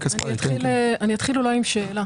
אתחיל עם שאלה